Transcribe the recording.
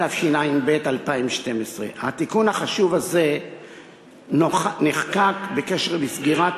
התשע"ב 2012. התיקון החשוב הזה נחקק בקשר לסגירת